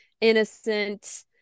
Innocent